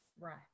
right